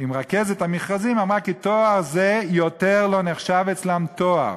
עם רכזת המכרזים היא אמרה כי תואר זה יותר לא נחשב אצלם תואר,